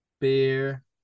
Beer